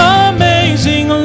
amazing